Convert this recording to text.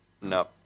No